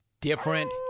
different